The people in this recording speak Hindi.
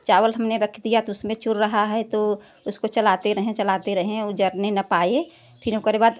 चावल हमने रख दिया तो उसमें चुर रहा है तो उसमें चलाते रहें चलाते रहें जलने न पाए फिर ओकरे बाद